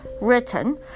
written